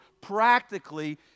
practically